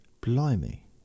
Blimey